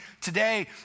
today